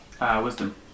Wisdom